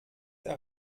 der